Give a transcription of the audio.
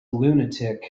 lunatic